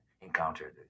encountered